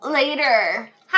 later